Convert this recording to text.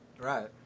Right